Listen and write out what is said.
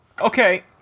okay